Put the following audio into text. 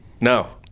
No